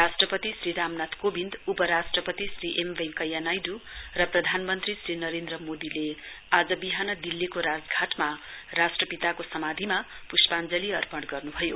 राष्ट्रपति श्री रामनाथ कोविन्दउपराष्ट्रपति श्री एम वेंकैया नाइड् र प्रघानमन्त्री श्री नरेन्द्र मोदीले आज बिहान दिल्लीको राजघाटमा राष्ट्रपितो समाधिमा प्ष्पाञ्जलि अपर्ण गर्न् भयो